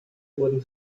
wurden